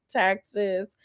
taxes